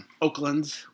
Oakland